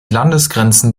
landesgrenzen